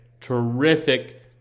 Terrific